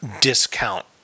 discount